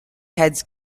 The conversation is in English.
heads